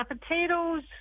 potatoes